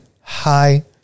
hi